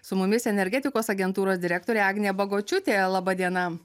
su mumis energetikos agentūros direktorė agnė bagočiūtė laba diena